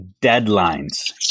deadlines